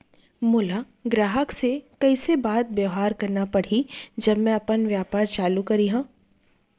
मोला ग्राहक से कइसे बात बेवहार करना पड़ही जब मैं अपन व्यापार चालू करिहा?